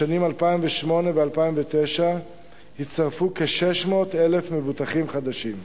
בשנים 2008 ו-2009 הצטרפו כ-600,000 מבוטחים חדשים.